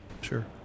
Sure